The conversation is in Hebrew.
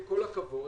עם כל הכבוד,